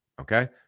Okay